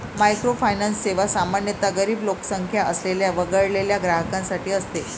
microfinance सेवा सामान्यतः गरीब लोकसंख्या असलेल्या वगळलेल्या ग्राहकांसाठी असते